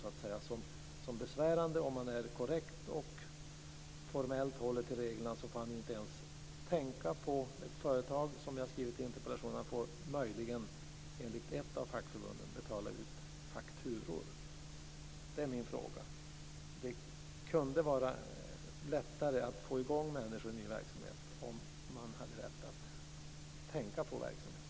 En person som är korrekt och formellt håller sig till reglerna får ändå inte ens tänka på ett företag, som jag skrivit i interpellationen. Han får möjligen, enligt ett av fackförbunden, betala ut fakturor. Det är min fråga. Det kunde vara lättare att få i gång människor i ny verksamhet om de hade rätt att tänka på verksamheten.